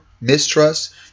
mistrust